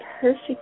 perfect